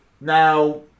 Now